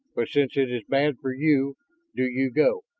but since it is bad for you do you go.